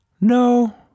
No